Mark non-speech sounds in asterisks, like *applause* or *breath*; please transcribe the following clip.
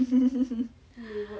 *laughs* *breath*